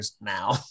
now